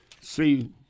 see